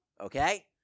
okay